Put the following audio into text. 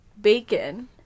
bacon